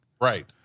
Right